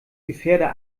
gefährder